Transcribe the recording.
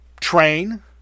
train